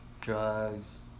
drugs